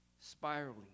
spiraling